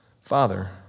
Father